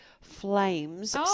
flames